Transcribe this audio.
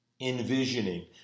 Envisioning